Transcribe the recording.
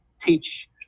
teach